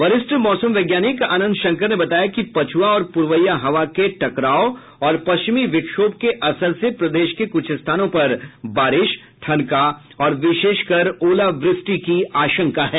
वरिष्ठ मौसम वैज्ञानिक आनंद शंकर ने बताया कि पछुआ और पूरवइया हवा के टकराव और पश्चिमी विक्षोप के असर से प्रदेश के कुछ स्थानों पर बारिश ठनका और विशेष कर ओलावृष्टि की आशंका है